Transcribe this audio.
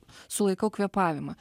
sulaikau kvėpavimą